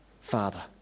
Father